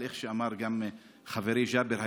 אבל כמו שאמר גם חברי ג'אבר,